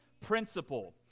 principle